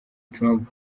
trump